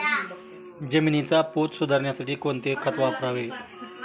जमिनीचा पोत सुधारण्यासाठी कोणते खत वापरावे?